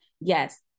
yes